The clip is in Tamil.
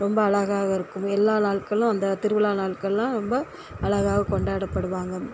ரொம்ப அழகாக இருக்கும் எல்லா நாட்களும் அந்த திருவிழா நாட்கள்லாம் ரொம்ப அழகா கொண்டாடப்படுவாங்க